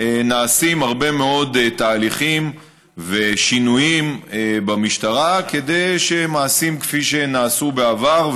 נעשים הרבה מאוד תהליכים ושינויים במשטרה כדי שמעשים כפי שנעשו בעבר,